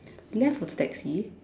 left of the taxi